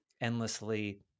endlessly